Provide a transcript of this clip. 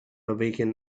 awaken